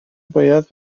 باید